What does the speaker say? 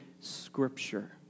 Scripture